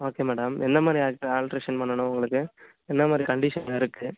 okay madam என்ன மாதிரி act alteration பண்ணனும் உங்களுக்கு என்னமாதிரி கண்டிஷனில் இருக்கு